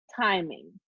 timing